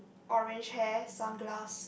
orange hair sunglass